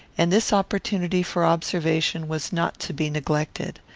and this opportunity for observation was not to be neglected.